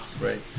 Right